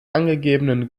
angegebenen